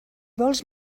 vols